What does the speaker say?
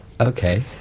Okay